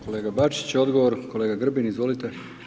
kolega Bačić, odgovor kolega Grbin izvolite.